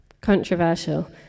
Controversial